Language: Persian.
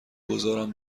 گذارم